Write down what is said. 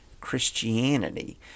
Christianity